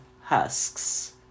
husks